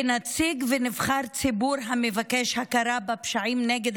כנציג ונבחר ציבור המבקש הכרה בפשעים נגד